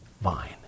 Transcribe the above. vine